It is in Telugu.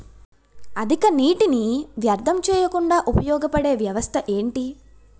అధిక నీటినీ వ్యర్థం చేయకుండా ఉపయోగ పడే వ్యవస్థ ఏంటి